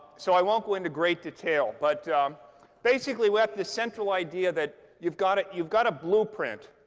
so i won't go into great detail. but basically, we have this central idea that you've got you've got a blueprint.